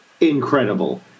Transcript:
incredible